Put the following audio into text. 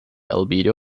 albedo